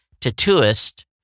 tattooist